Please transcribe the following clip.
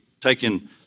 taking